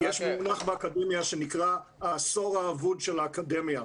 יש מונח באקדמיה שנקרא העשור האבוד של האקדמיה,